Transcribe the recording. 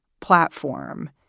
platform